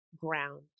ground